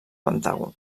pentàgon